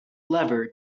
lever